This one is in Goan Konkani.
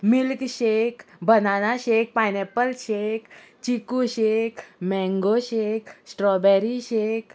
milk shake banana shake pineapple shake chikoo shake mango shake strawberry shake